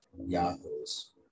yahoos